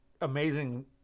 amazing